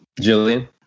Jillian